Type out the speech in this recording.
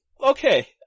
Okay